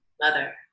mother